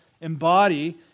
embody